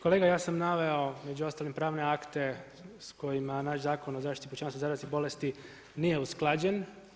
Kolega ja sam naveo između ostalog pravne akte s kojima naš Zakon o zašiti pučanstva od zaraznih bolesti nije usklađen.